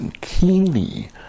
keenly